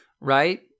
right